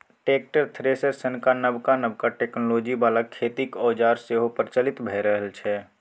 tractor, thresher सनक नबका नबका टेक्नोलॉजी बला खेतीक औजार सेहो प्रचलित भए रहल छै